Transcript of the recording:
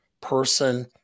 person